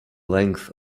length